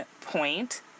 point